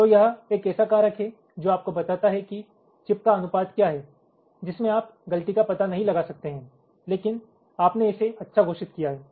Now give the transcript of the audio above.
तो यह एक ऐसा कारक है जो आपको बताता है कि चिप का अनुपात क्या है जिसमे आप गलती का पता नहीं लगा सकते हैं लेकिन आपने इसे अच्छा घोषित किया है